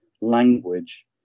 language